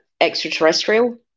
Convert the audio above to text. Extraterrestrial